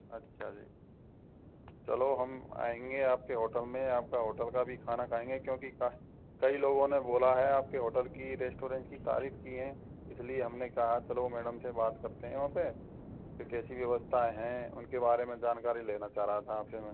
अच्छा जी चलो हम आएंगे आपके होटल में आपका होटल का भी खाना खाएंगे क्योंकि क कई लोगों ने बोला है आपके होटल की रेस्टोरेंट की तारीफ़ की है इसलिए हमने कहा चलो मैडम से बात करते हैं वहाँ पे कि कैसी व्यवस्थाएं हैं उनके बारे में जानकारी लेना चाह रहा था आपसे मैं